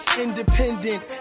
Independent